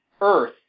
earth